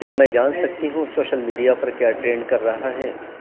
کیا میں جان سکتی ہوں سوشل میڈیا پر کیا ٹرینڈ کر رہا ہے